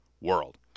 world